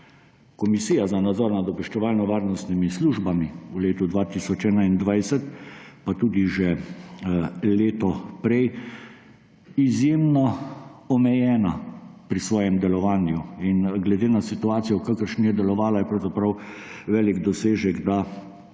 Komisija za nadzor obveščevalnih in varnostnih služb v letu 2021 pa tudi že leto prej izjemno omejena pri svojem delovanju. Glede na situacijo, v kakršni je delovala, je pravzaprav velik dosežek, da